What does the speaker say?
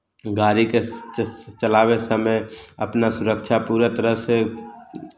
गाड़ीके स् चलाबयके समय अपना सुरक्षा पूरा तरहसँ